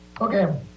Okay